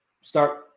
start